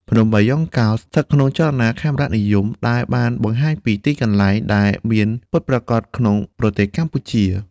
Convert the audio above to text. រឿងភ្នំបាយ៉ង់កោ ស្ថិតក្នុងចលនាខេមរនិយម ដែលបានបង្ហាញពីទីកន្លែងដែលមានពិតប្រាកដក្នុងប្រទេសកម្ពុជា។